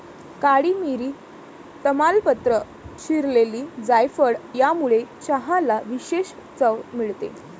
काळी मिरी, तमालपत्र, चिरलेली जायफळ यामुळे चहाला विशेष चव मिळते